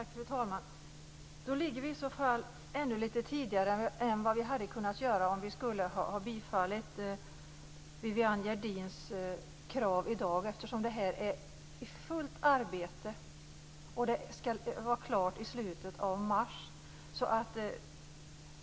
Fru talman! Vi ligger i så fall lite före i förhållande till om vi skulle ha bifallit Viviann Gerdins krav i dag, eftersom detta arbete pågår för fullt. Det ska vara klart i slutet av mars.